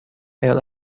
well